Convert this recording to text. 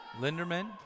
Linderman